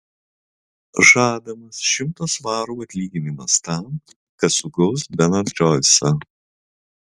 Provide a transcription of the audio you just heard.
žadamas šimto svarų atlyginimas tam kas sugaus beną džoisą